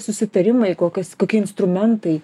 susitarimai kokios kokie instrumentai